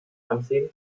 ansehen